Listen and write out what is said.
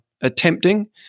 attempting